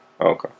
Okay